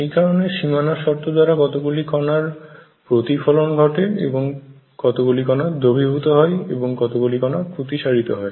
এই কারণে সীমানার শর্ত দ্বারা কতগুলি কনার প্রতিফলন ঘটে এবং কতগুলি কনার দ্রবীভূত হয় এবং কতগুলি কনা প্রতিসারিত হয়